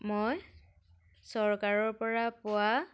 মই চৰকাৰৰ পৰা পোৱা